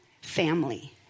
family